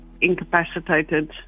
incapacitated